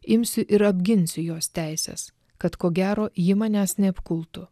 imsiu ir apginsiu jos teises kad ko gero ji manęs neapkultų